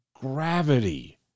gravity